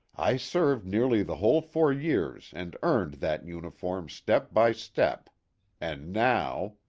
i served nearly the whole four years and earned that uniform step by step and now!